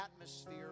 atmosphere